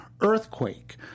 Earthquake